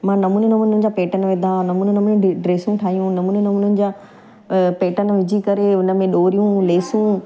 मां नमूने नमूननि जा पेटनि विधा नमूने नमूने डे ठाहियूं नमूने नमूननि जा पेटनि विझी करे उनमें डोरियूं लेसूं